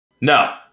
No